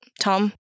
tom